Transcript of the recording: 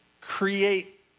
create